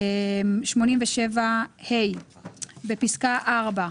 לסעיף 87ה. בפסקה (4)